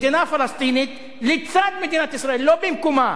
מדינה פלסטינית לצד מדינת ישראל, לא במקומה.